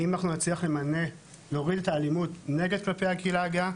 אם אנחנו נצליח להוריד את האלימות נגד הקהילה הגאה,